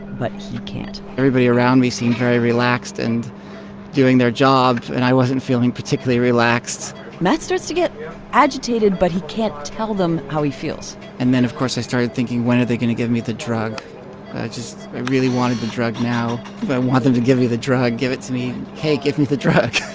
but he can't everybody around me seemed very relaxed and doing their jobs, and i wasn't feeling particularly relaxed matt starts to get agitated, but he can't tell them how he feels and then, of course, i started thinking, when are they going to give me the drug? i just really wanted the drug now. i want them to give me the drug. give it to me. hey, give me the drug.